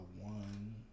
one